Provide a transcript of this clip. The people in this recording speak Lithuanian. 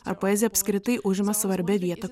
ar poezija apskritai užima svarbią vietą